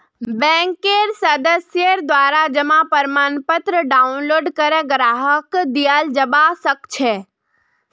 बैंकेर सदस्येर द्वारा जमा प्रमाणपत्र डाउनलोड करे ग्राहकक दियाल जबा सक छह